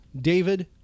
David